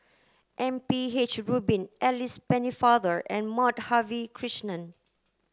M P H Rubin Alice Pennefather and Madhavi Krishnan